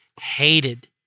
hated